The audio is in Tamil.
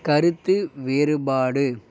கருத்து வேறுபாடு